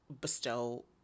bestow